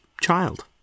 child